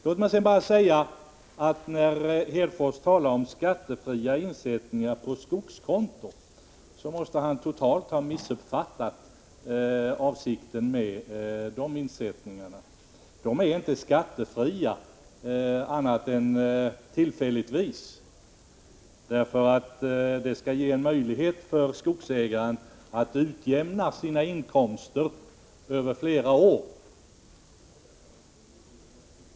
Låt mig sedan bara säga att när Lars Hedfors talar om skattefria insättningar på skogskonto, så måste han totalt ha missuppfattat avsikten med de insättningarna. De är inte skattefria annat än tillfälligtvis för att ge skogsägaren möjlighet att utjämna sina inkomster över flera år.